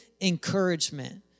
encouragement